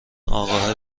اقاهه